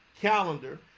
calendar